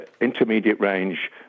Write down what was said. intermediate-range